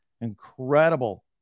Incredible